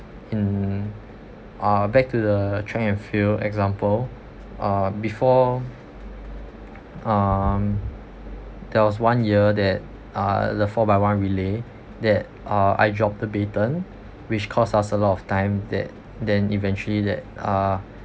in uh back to the track and field example uh before um there was one year that uh the four by one relay that uh I dropped the baton which caused us a lot of time that then eventually that uh